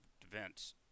events